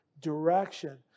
direction